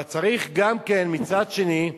אבל צריך גם, מצד שני,